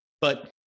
But-